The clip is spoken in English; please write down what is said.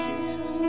Jesus